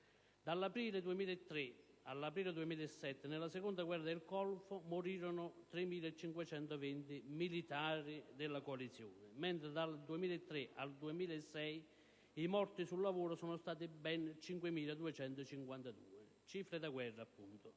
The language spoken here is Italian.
Dall'aprile 2003 all'aprile 2007, nella seconda guerra del Golfo, morirono 3.520 militari della coalizione, mentre dal 2003 al 2006 i morti sul lavoro sono stati ben 5.252. Cifre da guerra, appunto!